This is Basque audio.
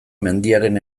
mendiaren